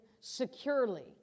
securely